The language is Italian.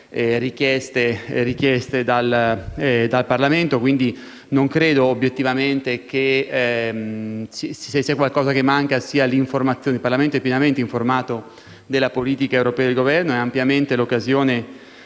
infrazione richieste dal Parlamento. Quindi non credo, obiettivamente, che, se qualcosa manca, questa sia l'informazione. Il Parlamento è pienamente informato della politica europea del Governo e ha ampiamente occasione